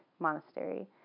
Monastery